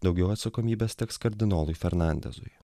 daugiau atsakomybės teks kardinolui fernandesui